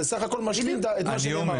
סך הכל מה שהיא העלתה את מה שנאמר.